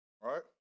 right